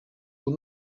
ubu